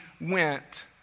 went